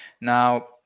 Now